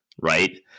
right